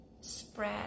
spread